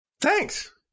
Thanks